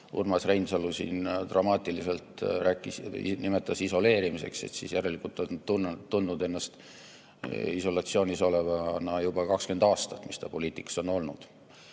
Urmas Reinsalu siin dramaatiliselt nimetas isoleerimiseks – järelikult ta on siis tundnud ennast isolatsioonis olevana juba 20 aastat, mil ta poliitikas on olnud.